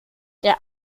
der